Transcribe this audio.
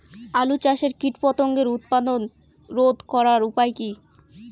আলু চাষের কীটপতঙ্গের উৎপাত রোধ করার উপায় কী?